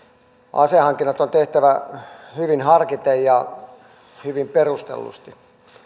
asehankinnat on tehtävä hyvin harkiten ja hyvin perustellusti